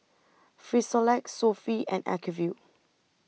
Frisolac Sofy and Acuvue